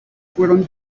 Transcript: fueron